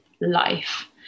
life